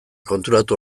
konturatu